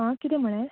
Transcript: हां किदें म्हळें